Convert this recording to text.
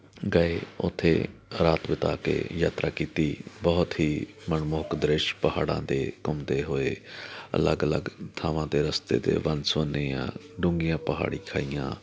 ਗਏ ਉੱਥੇ ਰਾਤ ਬਿਤਾ ਕੇ ਯਾਤਰਾ ਕੀਤੀ ਬਹੁਤ ਹੀ ਮਨਮੋਹਕ ਦ੍ਰਿਸ਼ ਪਹਾੜਾਂ 'ਤੇ ਘੁੰਮਦੇ ਹੋਏ ਅਲੱਗ ਅਲੱਗ ਥਾਵਾਂ 'ਤੇ ਰਸਤੇ 'ਤੇ ਵੰਨ ਸੁਵੰਨੀਆਂ ਡੂੰਘੀਆਂ ਪਹਾੜੀ ਖਾਈਆਂ